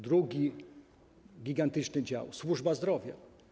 Drugi gigantyczny dział, służba zdrowia.